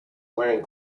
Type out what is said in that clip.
wearing